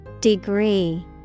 Degree